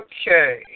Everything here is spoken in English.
Okay